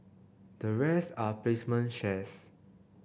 the rest are placement shares